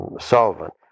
solvent